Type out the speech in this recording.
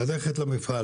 ללכת למפעל,